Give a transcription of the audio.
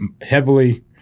heavily